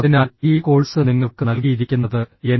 അതിനാൽ ഈ കോഴ്സ് നിങ്ങൾക്ക് നൽകിയിരിക്കുന്നത് എൻ